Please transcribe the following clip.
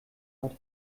hat